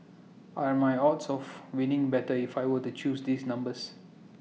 are my odds of winning better if I were to choose these numbers